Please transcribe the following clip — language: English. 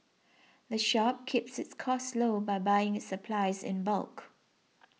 the shop keeps its costs low by buying its supplies in bulk